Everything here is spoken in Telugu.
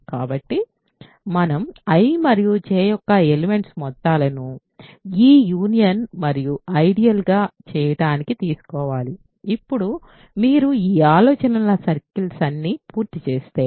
కాబట్టి మనం I మరియు J యొక్క ఎలిమెంట్స్ మొత్తాలను ఈ యూనియన్ మరియు ఐడియల్ గా చేయడానికి తీసుకోవాలి ఇప్పుడు మీరు ఈ ఆలోచనల సర్కిల్ న్ని పూర్తి చేయండి